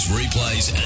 replays